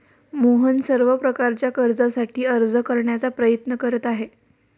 मोहन सर्व प्रकारच्या कर्जासाठी अर्ज करण्याचा प्रयत्न करीत आहे